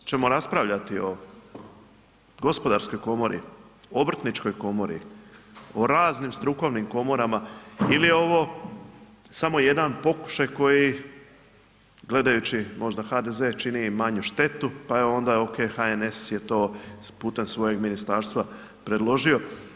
Hoćemo raspravljati o Gospodarskoj komori, Obrtničkoj komori i raznim strukovnim komorama ili je ovo samo jedan pokušaj koji gledajući možda HDZ čini manju štetu, pa onda ok HNS je to putem svojeg ministarstva predložio?